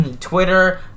Twitter